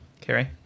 Carrie